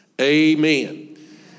Amen